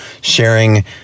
sharing